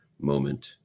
moment